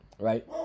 right